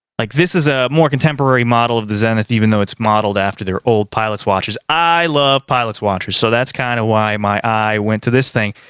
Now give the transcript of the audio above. like this is a more contemporary model of the zenith, even though it's modeled after their old pilot's watches. i love pilot's watches. so that's kind of why my eye went to this thing.